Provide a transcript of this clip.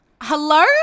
Hello